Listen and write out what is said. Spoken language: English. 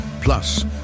Plus